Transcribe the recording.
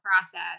process